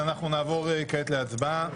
אז אנחנו נעבור כעת להצבעה: